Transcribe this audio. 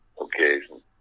occasion